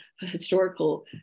historical